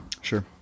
Sure